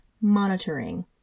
monitoring